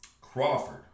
Crawford